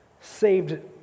saved